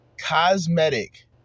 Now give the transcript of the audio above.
cosmetic